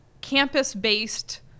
campus-based